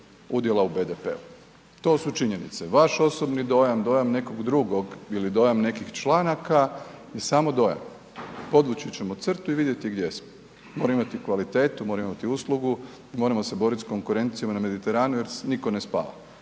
udjela u BDP-u. To su činjenice. Vaš osobni dojam, dojam nekog drugog ili dojam nekih članaka je samo dojam. Podvući ćemo crtu i vidjeti gdje smo, morao imati kvalitetu, morao imati uslugu i moramo se boriti sa konkurencijom na Mediteranu jer nitko ne spava.